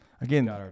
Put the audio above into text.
again